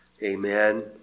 Amen